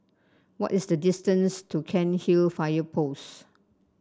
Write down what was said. what is the distance to Cairnhill Fire Post